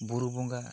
ᱵᱩᱨᱩ ᱵᱚᱸᱜᱟ